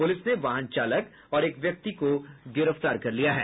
police ने वाहन चालक और एक व्यक्ति को गिरफ्तार किया है